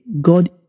God